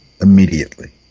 immediately